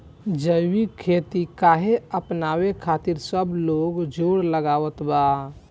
जैविक खेती काहे अपनावे खातिर सब लोग जोड़ लगावत बा?